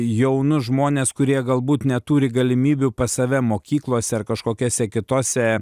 jaunus žmones kurie galbūt neturi galimybių pas save mokyklose ar kažkokiose kitose